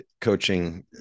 coaching